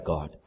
God